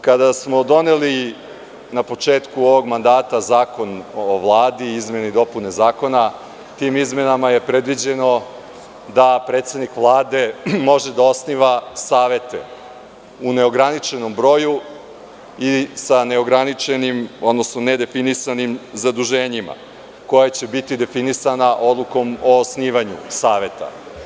Kada smo doneli na početku ovog mandata Zakon o Vladi, izmene i dopune Zakona, tim izmenama je predviđeno da predsednik Vlade može da osniva savete u neograničenom broju i sa nedefinisanim zaduženjima, koja će biti definisana odlukom o osnivanju saveta.